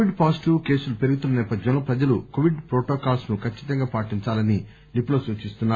Covid positive కేసులు పెరుగుతున్న నేపథ్యంలో ప్రజలు కోవిడ్ ప్రొటోకాల్స్ ను ఖచ్చితంగా పాటించాలని నిపుణులు సూచిస్తున్నారు